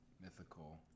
mythical